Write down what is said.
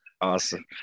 Awesome